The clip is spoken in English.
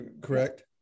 correct